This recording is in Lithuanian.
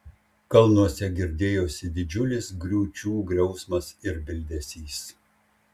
kalnuose girdėjosi didžiulis griūčių griausmas ir bildesys